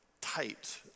tight